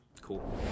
cool